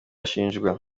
ashinjwa